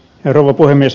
rouva puhemies